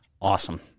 awesome